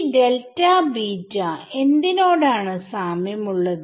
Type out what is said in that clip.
ഈ എന്തിനോടാണ് സാമ്യം ഉള്ളത്